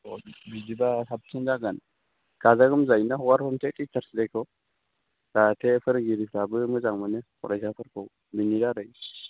अ बिदिब्ला साबसिन जागोन गाजा गोमजायैनो हगारहरनोसै टिचार्स डेखौ जाहाथे फोरोंगिरिफ्राबो मोजां मोनो फरायसाफोरखौ बिनि दारै